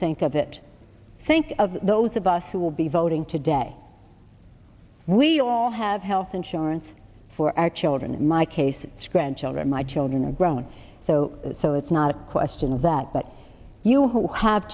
think of it think of those of us who will be voting today we all have health it's insurance for our children in my case it's grandchildren my children are grown so so it's not a question of that but you